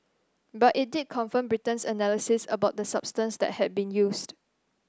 but it did confirm Britain's analysis about the substance that had been used